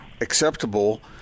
acceptable